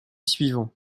suivant